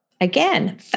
Again